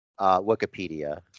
Wikipedia